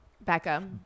Becca